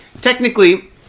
technically